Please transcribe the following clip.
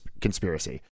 conspiracy